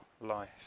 life